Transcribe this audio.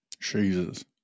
Jesus